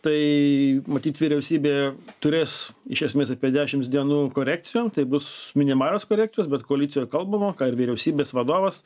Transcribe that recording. tai matyt vyriausybė turės iš esmės apie dešims dienų korekcijom tai bus minimalios korekcijos bet koalicijoj kalbama ką ir vyriausybės vadovas